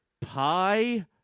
pie